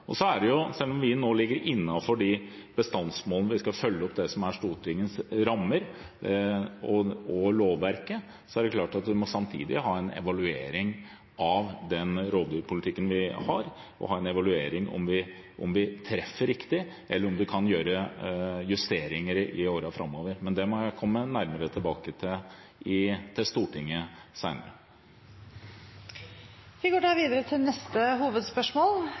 Selv om vi nå ligger innenfor bestandsmålene og skal følge opp Stortingets rammer og lovverket, er det klart at vi samtidig må ha en evaluering av den rovdyrpolitikken vi har, en evaluering av om vi treffer riktig, eller om vi kan gjøre justeringer i årene framover – men det må jeg komme nærmere tilbake med til Stortinget senere. Vi går videre til neste hovedspørsmål.